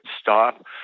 stop